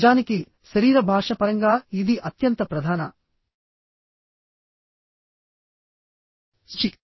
నిజానికి శరీర భాష పరంగా ఇది అత్యంత ప్రధాన సూచిక